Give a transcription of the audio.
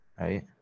right